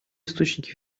источники